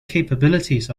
capabilities